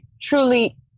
truly